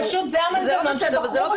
פשוט זה המנגנון שבחרו בו,